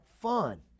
fun